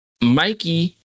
Mikey